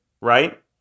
right